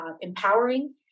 empowering